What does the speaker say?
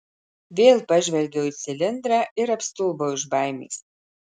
vėl pažvelgiau į cilindrą ir apstulbau iš baimės